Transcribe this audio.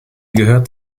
gehört